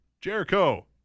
Jericho